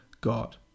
God